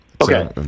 Okay